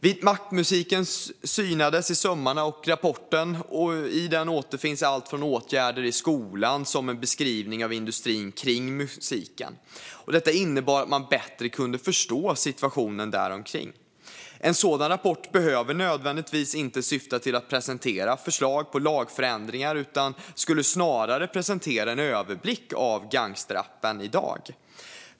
Vitmaktmusiken synades i sömmarna, och i rapporten återfinns allt från åtgärder i skolan till en beskrivning av industrin kring musiken. Detta innebar att man bättre kunde förstå situationen. En sådan rapport behöver inte nödvändigtvis syfta till att presentera förslag på lagförändringar utan skulle snarare presentera en överblick av gangsterrappen i dag.